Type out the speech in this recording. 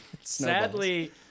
Sadly